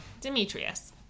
Demetrius